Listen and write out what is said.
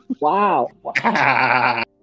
Wow